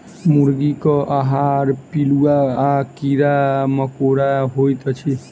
मुर्गीक आहार पिलुआ आ कीड़ा मकोड़ा होइत अछि